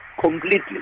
completely